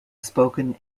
spoken